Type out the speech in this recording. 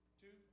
Two